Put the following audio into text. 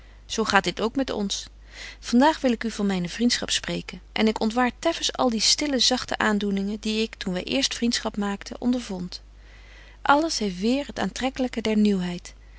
zo gaat dit ook met ons van daag wil ik u van myne vriendschap spreken en ik ontwaar teffens al die stille zagte aandoeningen die ik toen wy eerst vriendschap maakten ondervond alles heeft weêr het aantrekkelyke der nieuwheid